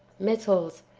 metals,